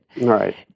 Right